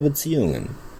beziehungen